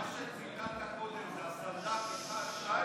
מה שציטטת קודם, 1, 2 או 3?